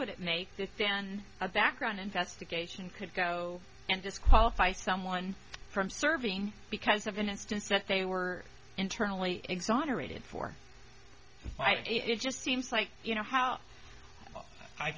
would it make that then a background investigation could go and disqualify someone from serving because of an instance that they were internally exonerated for a fight it just seems like you know how i